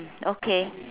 okay